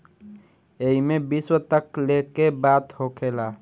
एईमे विश्व तक लेके बात होखेला